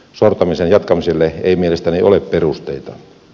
sortamisen jatkamiselle ei mielestäni ole perusteita